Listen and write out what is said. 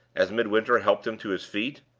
as midwinter helped him to his feet.